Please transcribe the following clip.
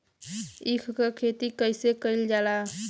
ईख क खेती कइसे कइल जाला?